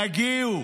תגיעו".